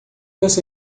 você